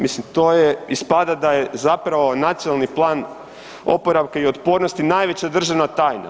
Mislim to je, ispada da je zapravo Nacionalni plan oporavka i otpornosti najveća državna tajna.